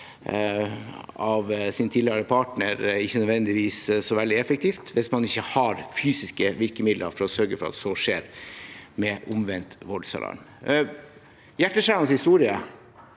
av sin tidligere partner, ikke nødvendigvis så veldig effektivt hvis man ikke har fysiske virkemidler for å sørge for at så ikke skjer, med omvendt voldsalarm. Det er hjerteskjærende historier